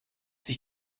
sich